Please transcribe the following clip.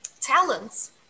talents